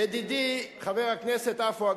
ידידי חבר הכנסת עפו אגבאריה,